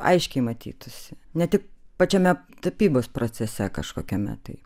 aiškiai matytųsi ne tik pačiame tapybos procese kažkokiame tai